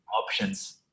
options